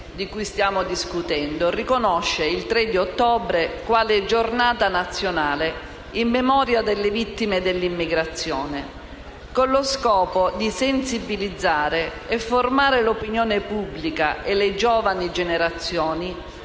di cui stiamo discutendo riconosce il 3 ottobre quale Giornata nazionale in memoria delle vittime dell'immigrazione, con lo scopo di sensibilizzare e formare l'opinione pubblica e le giovani generazioni